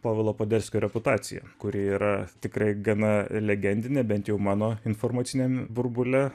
povilo poderskio reputacija kuri yra tikrai gana legendinė bent jau mano informaciniame burbule